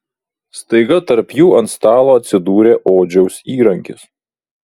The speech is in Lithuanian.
staiga tarp jų ant stalo atsidūrė odžiaus įrankis